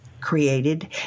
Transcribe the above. created